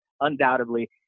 undoubtedly